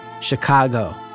Chicago